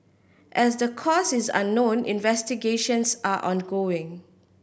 as the cause is unknown investigations are ongoing